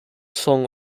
song